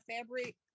fabric